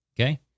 okay